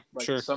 sure